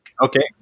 okay